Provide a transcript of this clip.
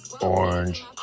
Orange